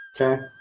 Okay